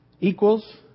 Equals